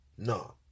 No